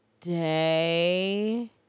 day